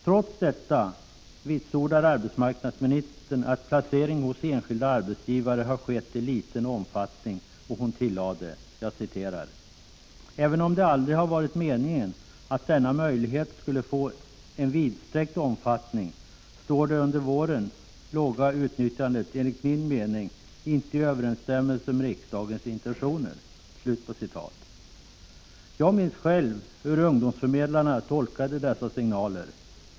Trots detta vitsordar arbetsmarknadsministern att placering hos enskilda arbetsgivare har skett i liten omfattning, och hon tillägger: Även om det aldrig har varit meningen att denna möjlighet skulle få en vidsträckt omfattning, står det under våren låga utnyttjandet enligt min mening inte i överensstämmelse med riksdagens intentioner. Jag minns själv hur ungdomsarbetsförmedlarna tolkade dessa signaler.